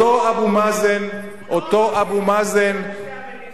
אותו אבו מאזן, שתי המדינות.